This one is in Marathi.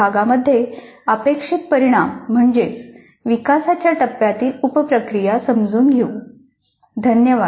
पुढील भागा मध्ये अपेक्षित परिणाम म्हणजे विकासाच्या टप्प्यातील उप प्रक्रिया समजून घेणे